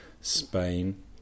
Spain